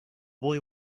boy